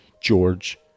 George